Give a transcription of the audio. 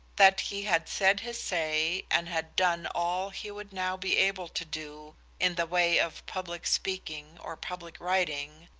that he had said his say and had done all he would now be able to do in the way of public speaking or public writing,